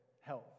health